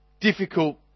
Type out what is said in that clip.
difficult